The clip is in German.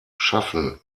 schaffen